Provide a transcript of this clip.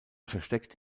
versteckt